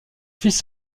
fils